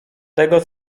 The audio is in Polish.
tego